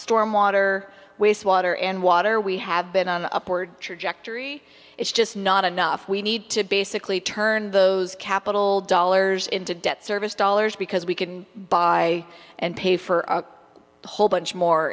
storm water waste water and water we have been on the upward trajectory it's just not enough we need to basically turn those capital dollars into debt service dollars because we can buy and pay for a whole bunch more